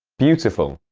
beautiful,